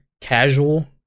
casual